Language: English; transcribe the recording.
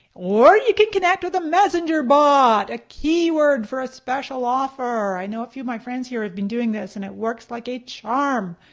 or you can connect with a messenger bot! a keyword for a special offer. i know a few of my friends here have been doing this and it works like a charm.